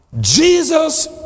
Jesus